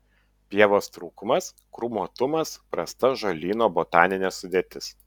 pievos trūkumas krūmuotumas prasta žolyno botaninė sudėtis